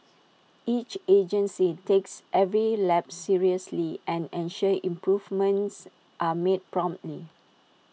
each agency takes every lapse seriously and ensures improvements are made promptly